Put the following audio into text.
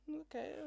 Okay